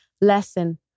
lesson